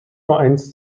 vereins